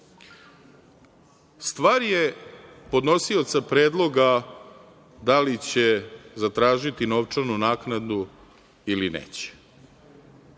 je podnosioca predloga da li će zatražiti novčanu naknadu ili neće?